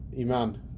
Iman